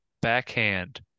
backhand